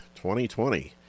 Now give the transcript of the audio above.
2020